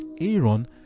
aaron